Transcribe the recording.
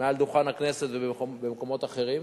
מעל דוכן הכנסת ובמקומות אחרים,